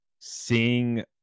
seeing